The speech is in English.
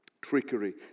Trickery